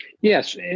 Yes